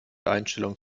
einstellung